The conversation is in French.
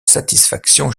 satisfaction